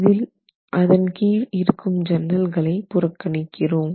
இதில் அதன் கீழ் இருக்கும் ஜன்னல்களை புறக்கணிக்கிறோம்